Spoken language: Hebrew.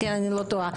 כן, אני לא טועה.